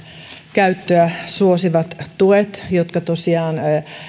käyttöä suosivat tuet jotka tosiaan